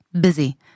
busy